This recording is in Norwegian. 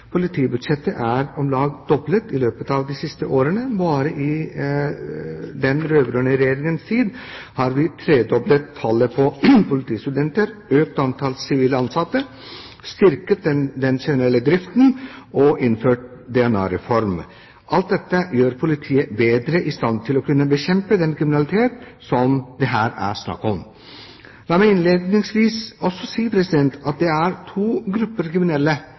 Politibudsjettet er om lag doblet i løpet av de siste årene. Bare i den rød-grønne regjeringens tid har vi tredoblet tallet på politistudenter, økt antallet sivile ansatte, styrket den generelle driften og innført DNA-reform. Alt dette gjør politiet bedre i stand til å kunne bekjempe den kriminalitet som det her er snakk om. La meg innledningsvis også si at det er to